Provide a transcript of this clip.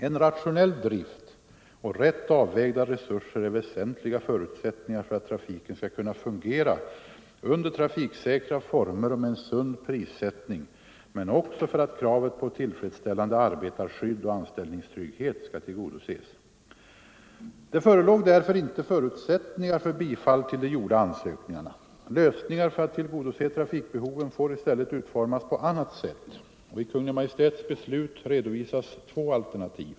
En rationell drift och rätt avvägda resurser är väsentliga förutsättningar för att trafiken skall kunna fungera under trafiksäkra former och med en sund prissättning, men också för att kravet på tillfredsställande arbetarskydd och anställningstrygghet skall tillgodoses. Det förelåg därför inte förutsättningar för bifall till de gjorda ansökningarna. Lösningar för att tillgodose trafikbehoven får i stället utformas på annat sätt, och i Kungl. Maj:ts beslut redovisas två alternativ.